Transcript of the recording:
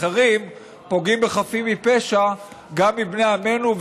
אחרים פוגעים בחפים מפשע גם מבני עמנו.